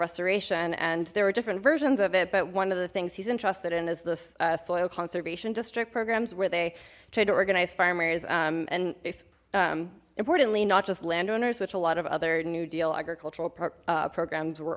restoration and there were different versions of it but one of the things he's interested in is this soil conservation district programs were they tried to organize farmers and importantly not just landowners which a lot of other new deal agricultural programs were